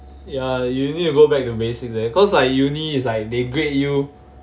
ya you need to go back to basics leh cause like uni is like they grade you